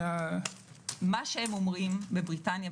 הם אומרים בבריטניה,